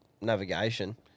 navigation